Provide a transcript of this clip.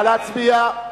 נא להצביע.